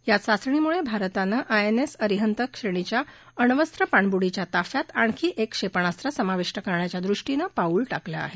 या चाचणीमुळे भारतानं आएनएस अरिहंत श्रेणीच्या अण्वस्त्र पाणबुडीच्या ताफ्यात आणखी एक क्षेपणास्त्र समाविष्ट करण्याच्या दृष्टीनं पाऊल टाकलं आहे